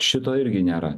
šito irgi nėra